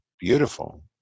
Beautiful